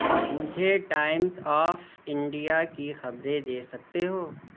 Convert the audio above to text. مجھے Times of India کی خبریں دے سکتے ہو